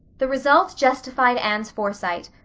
the result justified anne's foresight.